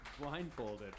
blindfolded